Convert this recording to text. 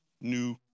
new